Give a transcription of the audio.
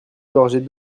gorgées